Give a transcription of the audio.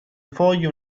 foglie